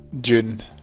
June